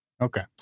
Okay